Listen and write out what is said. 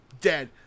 dead